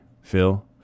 Phil